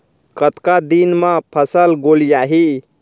कतका दिन म फसल गोलियाही?